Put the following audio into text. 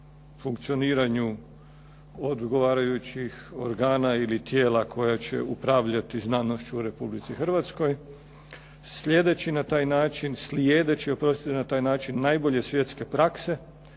funkcioniranju odgovarajućih organa ili tijela koja će upravljati znanošću u Republici Hrvatskoj. Slijedeći na taj način najbolje svjetske prakse